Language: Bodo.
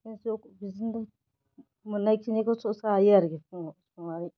ज बिदिनो मोननाय खिनिखौ ज' जायो आरोखि फुंआव संनानै